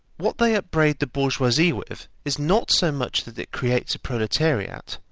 what they upbraid the bourgeoisie with is not so much that it creates a proletariat,